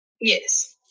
Yes